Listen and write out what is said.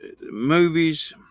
movies